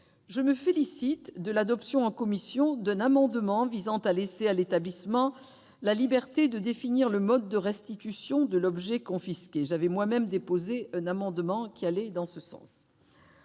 Je me félicite de l'adoption en commission d'un amendement visant à laisser à l'établissement la liberté de définir le mode de restitution de l'objet confisqué. J'avais moi-même déposé un amendement allant dans ce sens.